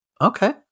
Okay